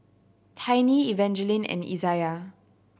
Tiny Evangeline and Izayah